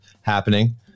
happening